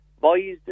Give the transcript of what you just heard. boys